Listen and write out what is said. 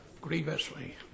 grievously